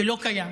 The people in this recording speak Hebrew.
שלא קיים.